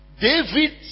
David